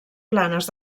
planes